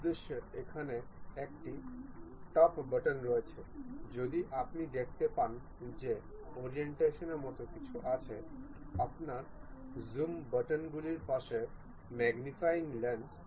আমরা এটি এবং দুটি প্লেন নির্বাচন করব যার মধ্যে আমাদের কোণ প্রয়োজন তা হল এই এবং এই প্লেন